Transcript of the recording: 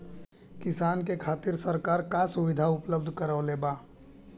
किसान के खातिर सरकार का सुविधा उपलब्ध करवले बा?